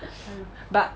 mm but